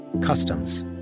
Customs